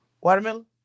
Watermelon